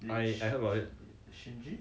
I I heard about it